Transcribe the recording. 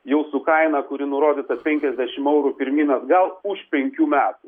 jau su kaina kuri nurodyta penkiasdešimt eurų pirmyn atgal už penkių metų